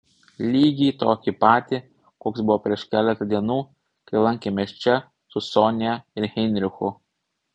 lygiai tokį patį koks buvo prieš keletą dienų kai lankėmės čia su sonia ir heinrichu